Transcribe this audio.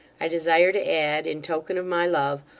i desire to add, in token of my love,